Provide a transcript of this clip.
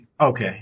Okay